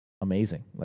amazing